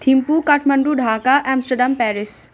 Thimphu Kathmandu Dhaka Amsterdam Paris